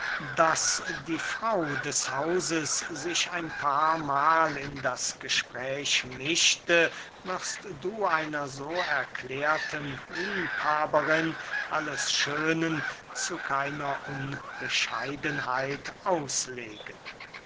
daß die frau des hauses sich ein paar mahl in das gespräch mischte wirst du einer so erklärten liebhaberin alles schönen zu keiner unbescheidenheit auslegen